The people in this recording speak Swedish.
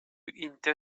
inte